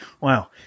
Wow